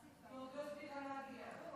היא עוד לא הספיקה להגיע.